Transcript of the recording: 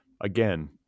again